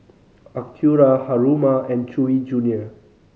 Acura Haruma and Chewy Junior